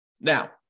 Now